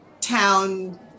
town